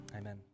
amen